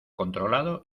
controlado